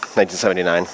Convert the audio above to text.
1979